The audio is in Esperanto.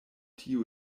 tiu